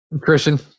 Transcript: Christian